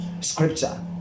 scripture